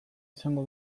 izango